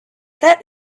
that